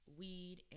weed